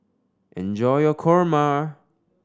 enjoy your kurma